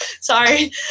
Sorry